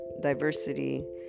diversity